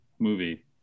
movie